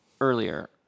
earlier